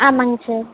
ஆமாம்ங்க சார்